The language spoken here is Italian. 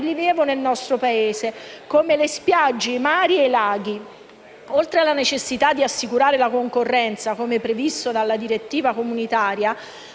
rilievo nel nostro Paese, quali le spiagge, i mari e i laghi. Oltre alla necessità di assicurare la concorrenza, come previsto dalla normativa comunitaria,